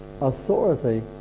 authority